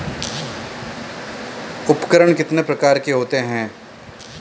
उपकरण कितने प्रकार के होते हैं?